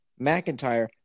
McIntyre